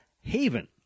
Haven